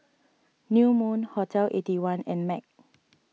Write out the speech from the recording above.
New Moon Hotel Eighty One and Mag